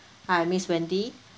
hi miss wendy